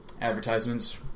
advertisements